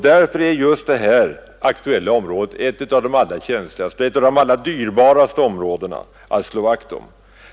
Därför är detta ett av de allra dyrbaraste områdena, som vi måste slå vakt om.